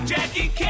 Jackie